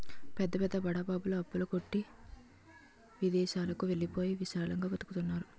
పెద్ద పెద్ద బడా బాబులు అప్పుల కొట్టి విదేశాలకు వెళ్ళిపోయి విలాసంగా బతుకుతున్నారు